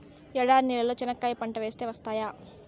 ఎడారి నేలలో చెనక్కాయ పంట వేస్తే వస్తాయా?